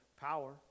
power